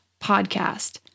podcast